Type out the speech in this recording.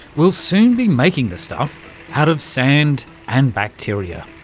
we'll soon be making the stuff out of sand and bacteria.